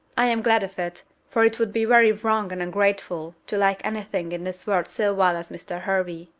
i am glad of it, for it would be very wrong and ungrateful to like any thing in this world so well as mr. hervey.